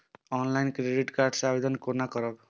Online credit card के आवेदन कोना करब?